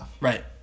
Right